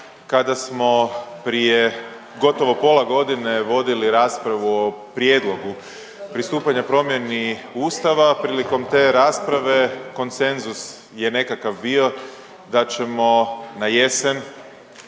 kada smo prije gotovo pola godine vodili raspravu o prijedlogu pristupanja promjeni ustava, prilikom te rasprave konsenzus je nekakav bio da ćemo na jesen